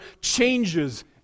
changes